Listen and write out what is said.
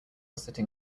sitting